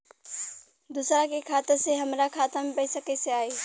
दूसरा के खाता से हमरा खाता में पैसा कैसे आई?